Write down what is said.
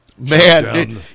Man